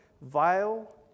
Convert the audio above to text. vile